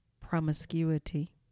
promiscuity